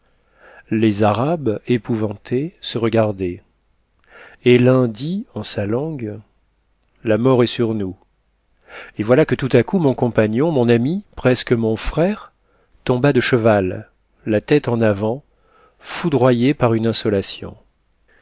les arabes épouvantés se regardaient et l'un dit en sa langue la mort est sur nous et voilà que tout à coup mon compagnon mon ami presque mon frère tomba de cheval la tête en avant foudroyé par une insolation